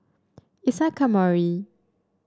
Isa Kamari